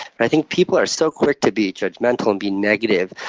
but i think people are so quick to be judgmental and be negative.